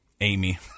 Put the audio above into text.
Amy